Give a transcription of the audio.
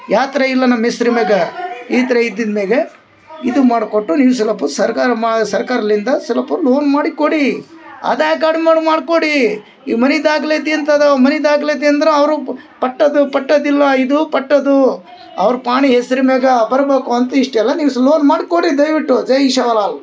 ಯಾ ಥರ ಇಲ್ಲ ನಮ್ಮ ಹೆಸ್ರಿನಾಗ ಈ ಥರ ಇದ್ದಿದ ಮ್ಯಾಗೆ ಇದು ಮಾಡ್ಕೊಟ್ಟು ನಿಮ್ಗ ಸೌಲಭ್ಯ ಸರ್ಕಾರ ಮಾ ಸರ್ಕಾರ್ಲಿಂದ ಸ್ವಲ್ಪ ಲೋನ್ ಮಾಡಿ ಕೊಡಿ ಆದಾಯ ಕಾರ್ಡ್ ಮಾಡ್ಕೊಡೀ ಈ ಮನೆ ದಾಖ್ಲಾತಿ ಅಂತಾರ ಮನೆ ದಾಖ್ಲಾತಿ ಅಂದ್ರ ಅವರು ಪಟ್ಟದ ಪಟ್ಟದ ಇಲ್ಲ ಇದು ಪಟ್ಟದೂ ಅವ್ರ ಪಾಣಿ ಹೆಸ್ರಿನ್ ಮ್ಯಾಗ ಬರ್ಬಕು ಅಂತ ಇಷ್ಟೆಲ್ಲ ನೀವು ಸೌಲಭ್ಯ ಮಾಡ್ಕೊಡಿ ದಯವಿಟ್ಟು ಜೈ ಶಿವಲಾಲ್